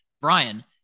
Brian